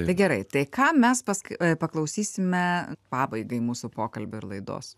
tai gerai tai ką mes pask paklausysime pabaigai mūsų pokalbio ir laidos